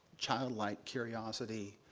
childlike curiosity,